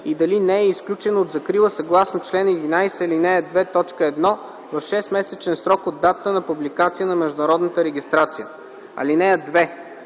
и дали не е изключен от закрила съгласно чл. 11, ал. 2, т. 1 в 6-месечен срок от датата на публикация на международната регистрация. (2)